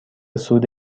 سود